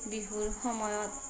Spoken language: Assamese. বিহুৰ সময়ত